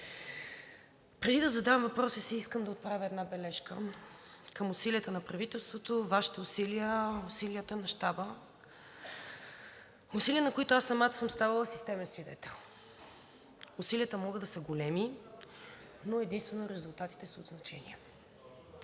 преди да задам въпроса си, искам да отправя една бележка към усилията на правителството, Вашите усилия, усилията на Щаба, усилия, на които аз самата съм ставала системен свидетел. Усилията могат да са големи, но единствено резултатите са от значение,